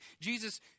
Jesus